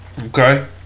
Okay